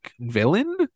villain